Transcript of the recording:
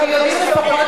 כשיודעים לפחות,